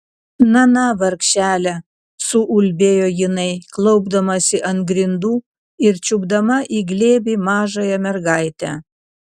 na na vargšele suulbėjo jinai klaupdamasi ant grindų ir čiupdama į glėbį mažąją mergaitę